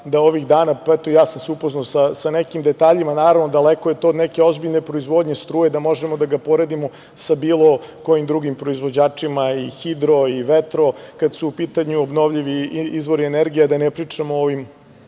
da ovih dana, pa eto i ja sam se upoznao sa nekim detaljima, naravno, daleko je to od neke ozbiljne proizvodnje struje, da možemo da ga poredimo sa bilo kojim drugim proizvođačima i hidro i vetro, kada su u pitanju obnovljivi izvori energije, a da ne pričamo o ovim